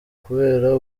kubera